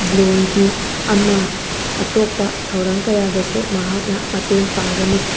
ꯂꯣꯟꯒꯤ ꯑꯃ ꯑꯇꯣꯞꯄ ꯊꯧꯔꯥꯝ ꯀꯌꯥꯗꯁꯨ ꯃꯍꯥꯛꯅ ꯃꯇꯦꯡ ꯄꯥꯡꯒꯅꯤ